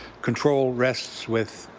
control rests with